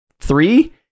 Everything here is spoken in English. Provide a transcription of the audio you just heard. three